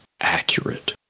accurate